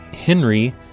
Henry